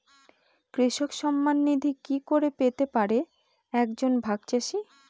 কৃষক সন্মান নিধি কি করে পেতে পারে এক জন ভাগ চাষি?